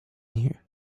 here